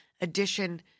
edition